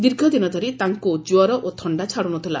ଦୀର୍ଘଦିନଧରି ତାଙ୍କୁ ଜ୍ୱର ଓ ଥଣ୍ତା ଛାଡୁନଥିଲା